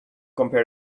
compare